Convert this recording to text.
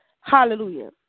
Hallelujah